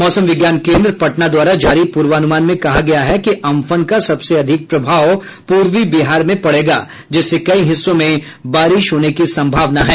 मौसम विज्ञान केन्द्र पटना द्वारा जारी पूर्वानुमान में कहा गया है कि अम्फन का सबसे अधिक प्रभाव पूर्वी बिहार में पड़ेगा जिससे कई हिस्सों में बारिश होने की संभावना है